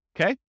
Okay